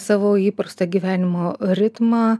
savo įprastą gyvenimo ritmą